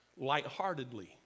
lightheartedly